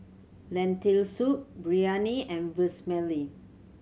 Lentil Soup Biryani and Vermicelli